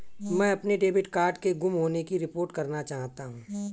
मैं अपने debit card के गुम होने की रिपोर्ट करना चाहता हूँ